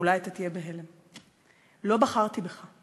אולי אתה תהיה בהלם: לא בחרתי בך.